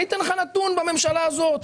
אני אתן לך נתון מהממשלה הזאת: